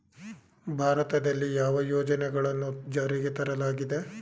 ಭಾರತದಲ್ಲಿ ಯಾವ ಯೋಜನೆಗಳನ್ನು ಜಾರಿಗೆ ತರಲಾಗಿದೆ?